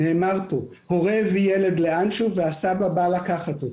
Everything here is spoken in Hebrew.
כפי שנאמר פה: הורה וילד נוסעים למקום כלשהו והסבא בא לקחת אותו.